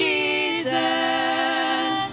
Jesus